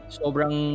sobrang